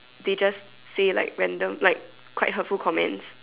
they just say like random like quite hurtful comments